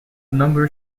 number